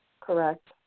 correct